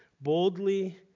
Boldly